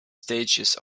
stages